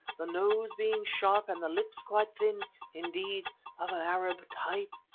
the nose being sharp and the lips quite thin indeed of an arab type.